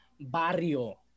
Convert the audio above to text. Barrio